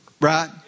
Right